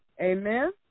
Amen